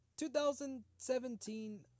2017